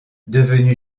devenu